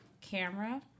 camera